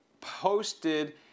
posted